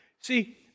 See